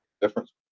difference